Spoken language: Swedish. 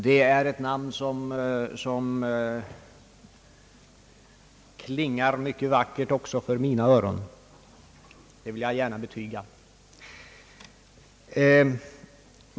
Det är ett namn som klingar mycket vackert också i mina öron, det vill jag gärna betyga.